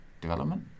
development